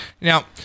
now